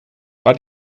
but